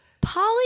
Polly